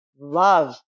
love